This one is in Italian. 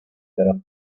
sarà